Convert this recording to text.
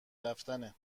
رفتنه